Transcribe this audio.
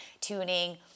tuning